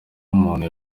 umuntu